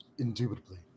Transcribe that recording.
Indubitably